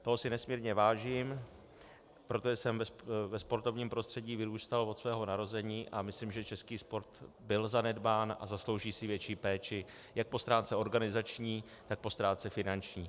Toho si nesmírně vážím, protože jsem ve sportovním prostředí vyrůstal od svého narození a myslím si, že český sport byl zanedbán a zaslouží si větší péči jak po stránce organizační, tak po stránce finanční.